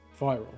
viral